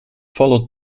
followed